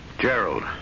Gerald